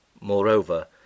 Moreover